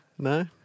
No